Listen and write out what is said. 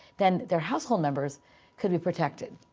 then their household members could be protected.